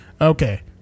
Okay